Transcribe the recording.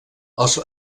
els